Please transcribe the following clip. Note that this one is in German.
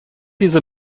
diese